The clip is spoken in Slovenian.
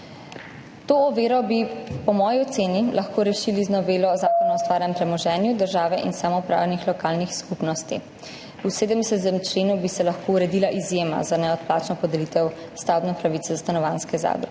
To oviro bi po moji oceni lahko rešili z novelo Zakona o stvarnem premoženju države in samoupravnih lokalnih skupnosti. V 70. členu bi se lahko uredila izjema za neodplačno podelitev stavbne pravice za stanovanjske zadruge